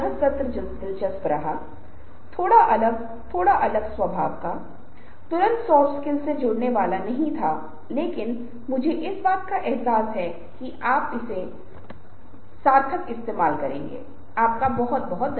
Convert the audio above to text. इसलिए दोस्तों हम यहाँ रोकते हैं ये मेरे कुछ संदर्भ हैं और जब हम बातचीत कौशल के बारे में बात करते हैं तो हम इनमें से कुछ अंकों पर विस्तार से बताएंगे और हम कुछ अन्य दिलचस्प चीजों के साथ आगे बढ़ेंगे